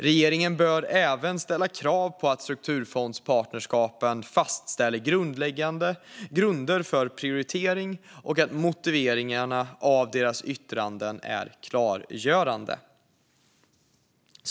Regeringen bör även ställa krav på att strukturfondspartnerskapen fastställer grunder för prioritering och att motiveringarna av deras yttranden är klargörande.